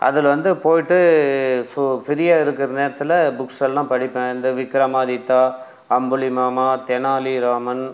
அதில் வந்து போய்விட்டு சூ ஃப்ரீயாக இருக்கிற நேரத்தில் புக்ஸ்ஸெல்லாம் படிப்பேன் இந்த விக்ரமாதித்தா அம்புலிமாமா தெனாலிராமன்